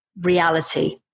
reality